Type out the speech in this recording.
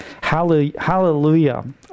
Hallelujah